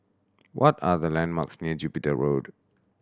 what are the landmarks near Jupiter Road